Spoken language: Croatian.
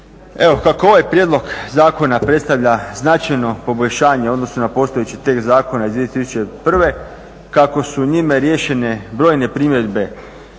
Evo kako ovaj prijedlog zakona predstavlja značajno poboljšanje u odnosu na postojeći tekst zakona iz 2001.kako su njime riješene brojne primjedbe